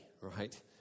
right